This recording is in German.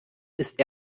ist